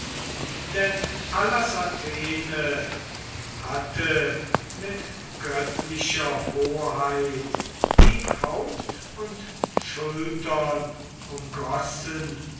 denn pallas athene hatte mit göttlicher hoheit ihm haupt und schultern umgossen